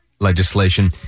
Legislation